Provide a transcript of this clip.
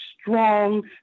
strong